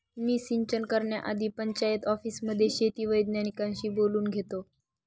मी सिंचन करण्याआधी पंचायत ऑफिसमध्ये शेती वैज्ञानिकांशी बोलून घेतो